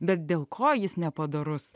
bet dėl ko jis nepadorus